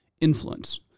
influence